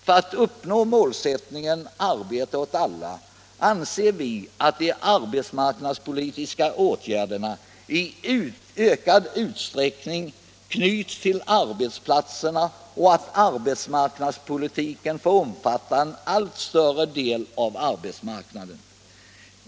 För att uppnå målet arbete åt alla anser vi att de arbetsmarknadspolitiska åtgärderna i ökad utsträckning skall knytas till arbetsplatserna samt att arbetsmarknadspolitiken skall omfatta en allt större del av arbetsmarknaden.